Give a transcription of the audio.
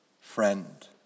friend